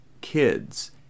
kids